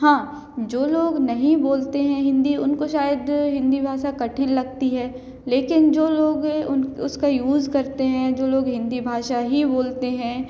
हाँ जो लोग नहीं बोलते हैं हिन्दी उनको शायद हिन्दी भाषा कठिन लगती है लेकिन जो लोग उन उसका यूज़ करते हैं जो लोग हिन्दी भाषा ही बोलते हैं